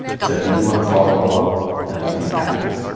so if you do want to follow along using captions,